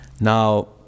Now